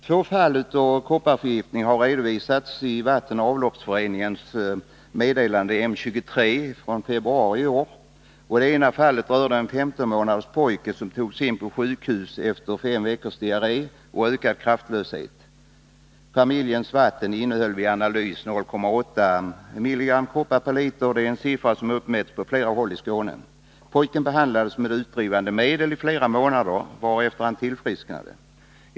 Två fall av kopparförgiftning har redovisats i Svenska vattenoch avloppsföreningens meddelande M23 februari 1981. Det ena fallet rörde en 15 månader gammal pojke, som togs in på sjukhus efter fem veckors diarré och ökad kraftlöshet. Familjens vatten visade sig vid analys innehålla 0,8 milligram koppar per liter, en siffra som uppmätts på flera håll i Skåne. Pojken behandlades med utdrivande medel i flera månader, varefter han tillfrisknade.